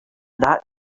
that